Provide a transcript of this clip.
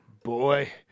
Boy